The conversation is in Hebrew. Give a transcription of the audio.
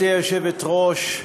גברתי היושבת-ראש,